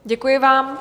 Děkuji vám.